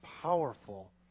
powerful